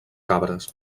cabres